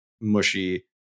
mushy